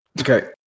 okay